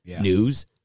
News